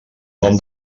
nom